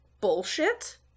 bullshit